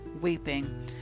weeping